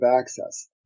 access